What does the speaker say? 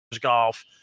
golf